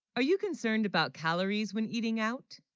are you concerned about calories when eating out